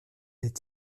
est